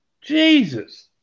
Jesus